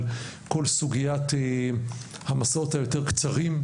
כל סוגיית המסעות היותר קצרים,